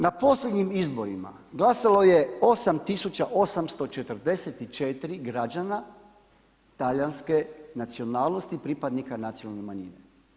Na posljednjim izborima glasovalo je 8844 građana talijanske nacionalnosti pripadnika nacionalne manjine.